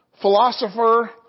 philosopher